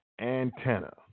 antenna